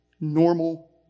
normal